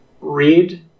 read